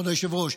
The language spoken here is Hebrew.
כבוד היושב-ראש,